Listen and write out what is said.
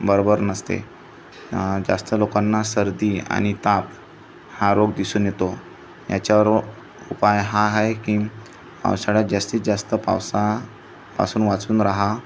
बरोबर नसते जास्त लोकांना सर्दी आणि ताप हा रोग दिसून येतो याच्यावर उपाय हा आहे की पावसाळ्यात जास्तीत जास्त पावसापासून वाचून राहा